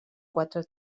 quatre